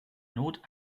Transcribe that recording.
not